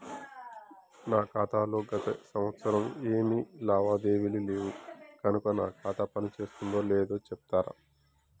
నా ఖాతా లో గత సంవత్సరం ఏమి లావాదేవీలు లేవు కనుక నా ఖాతా పని చేస్తుందో లేదో చెప్తరా?